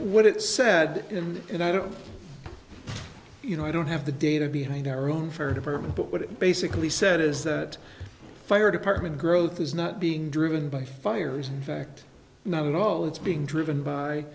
what it said and and i don't you know i don't have the data behind our own for department but what it basically said is that fire department growth is not being driven by fires in fact not at all it's being driven by